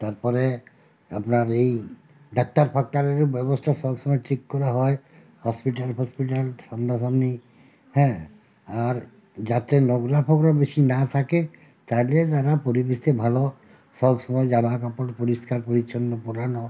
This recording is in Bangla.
তারপরে আপনার এই ডাক্তার ফাক্তারেরও ব্যবস্থা সব সময় ঠিক করা হয় হসপিটাল ফসপিটাল সামনাসামনি হ্যাঁ আর যাতে নোংরা ফোংরা বেশি না থাকে তাহলে তারা পরিবেশে ভালো সব সময় জামা কাপড় পরিষ্কার পরিচ্ছন্ন পরানো